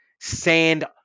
sand